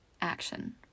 action